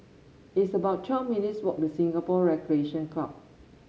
it's about twelve minutes' walk to Singapore Recreation Club